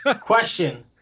Question